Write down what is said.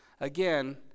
Again